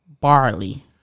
barley